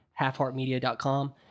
halfheartmedia.com